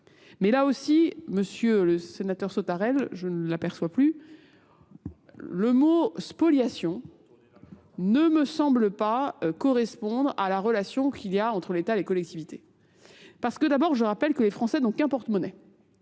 Mais là aussi, monsieur le sénateur Sautarel, je ne l'aperçois plus, le mot spoliation ne me semble pas correspondre à la relation qu'il y a entre l'État et les collectivités. Parce que d'abord, je rappelle que les Français n'ont qu'un porte-monnaie.